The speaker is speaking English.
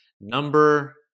Number